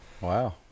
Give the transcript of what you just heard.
wow